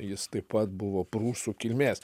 jis taip pat buvo prūsų kilmės